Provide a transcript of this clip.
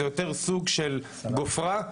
זה סוג של גופרה.